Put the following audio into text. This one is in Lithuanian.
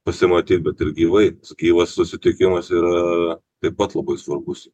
pasimatyt bet ir gyvai gyvas susitikimas yra taip pat labai svarbus